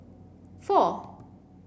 four